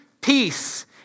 peace